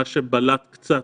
מה שבלט קצת